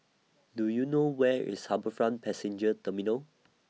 Do YOU know Where IS HarbourFront Passenger Terminal